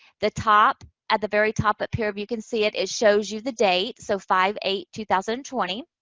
the top, at the very top up here if you can see it, it shows you the date. so, five eight two thousand and twenty.